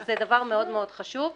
זה דבר חשוב מאוד.